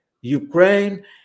Ukraine